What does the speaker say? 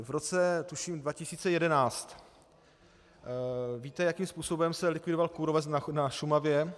V roce tuším 2011, víte, jakým způsobem se likvidoval kůrovec na Šumavě?